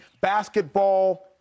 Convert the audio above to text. basketball